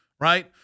right